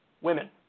Women